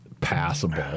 passable